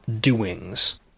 doings